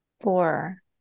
four